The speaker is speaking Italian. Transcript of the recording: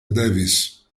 davis